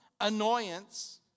annoyance